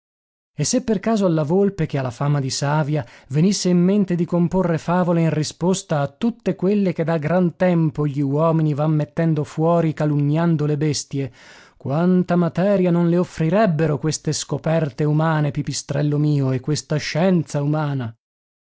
imbecillità e se per caso alla volpe che ha la fama di savia venisse in mente di comporre favole in risposta a tutte quelle che da gran tempo gli uomini van mettendo fuori calunniando le bestie quanta materia non le offrirebbero queste scoperte umane pipistrello mio e questa scienza umana